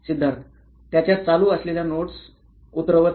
सिद्धार्थ त्याच्या चालू असलेल्या नोट्स उतरवत आहे